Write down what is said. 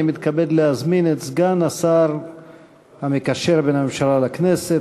אני מתכבד להזמין את סגן השר המקשר בין הממשלה לכנסת,